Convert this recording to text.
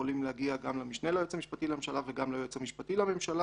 יכולים להגיע גם למשנה ליועץ המשפטי לממשלה וגם ליועץ המשפטי לממשלה,